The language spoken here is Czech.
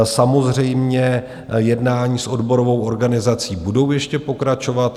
Samozřejmě, jednání s odborovou organizací budou ještě pokračovat.